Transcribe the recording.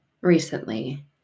recently